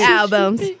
albums